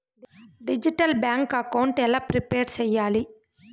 Digital bank account ఎలా prepare సెయ్యాలి?